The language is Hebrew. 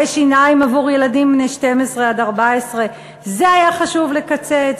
שיניים עבור ילדים בני 12 14. זה היה חשוב לקצץ?